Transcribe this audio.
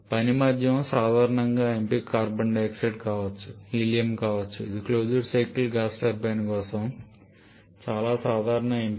పని మాధ్యమానికి సాధారణ ఎంపిక కార్బన్ డయాక్సైడ్ కావచ్చు హీలియం కావచ్చు ఇవి క్లోజ్డ్ సైకిల్ గ్యాస్ టర్బైన్ కోసం చాలా సాధారణ ఎంపిక